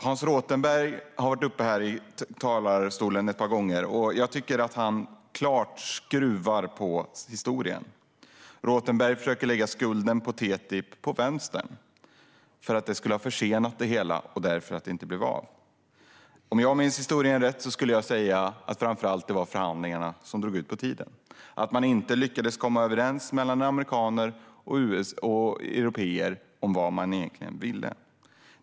Hans Rothenberg har varit uppe i talarstolen ett par gånger. Jag tycker att han skruvar på historien. Rothenberg försöker lägga skulden för att TTIP försenades och sedan inte blev av på vänstern. Om jag minns historien rätt berodde det framför allt på att förhandlingarna drog ut på tiden. Amerikaner och européer lyckades inte komma överens om vad de egentligen ville.